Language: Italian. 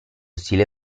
stile